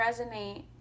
resonate